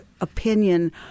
opinion